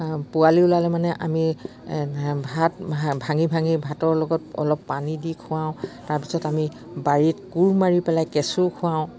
পোৱালি ওলালে মানে আমি ভাত ভাঙি ভাঙি ভাতৰ লগত অলপ পানী দি খুৱাওঁ তাৰপিছত আমি বাৰীত কোৰ মাৰি পেলাই কেঁচু খুৱাওঁ